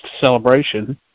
celebration